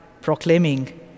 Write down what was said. proclaiming